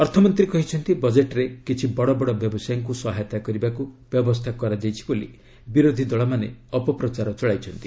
ଅର୍ଥମନ୍ତ୍ରୀ କହିଛନ୍ତି ବଜେଟ୍ରେ କିଛି ବଡ଼ ବଡ଼ ବ୍ୟବସାୟୀଙ୍କ ସହାୟତା କରିବାକୁ ବ୍ୟବସ୍ଥା କରାଯାଇଛି ବୋଲି ବିରୋଧୀ ଦଳମାନେ ଅପପ୍ରଚାର ଚଳାଇଛନ୍ତି